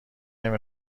نمی